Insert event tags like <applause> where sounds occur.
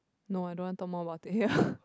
no I don't want talk more about it here <laughs>